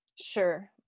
Sure